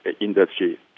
industry